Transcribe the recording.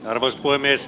arvoisa puhemies